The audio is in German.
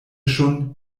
schon